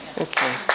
okay